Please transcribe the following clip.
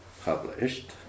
published